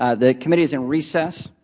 ah the committee is in recess.